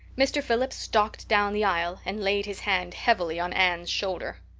mr. phillips stalked down the aisle and laid his hand heavily on anne's shoulder.